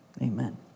Amen